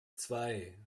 zwei